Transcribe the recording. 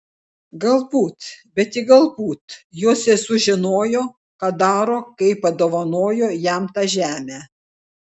galbūt bet tik galbūt jo sesuo žinojo ką daro kai padovanojo jam tą žemę